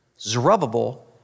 Zerubbabel